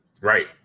Right